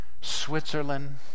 Switzerland